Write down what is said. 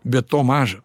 bet to maža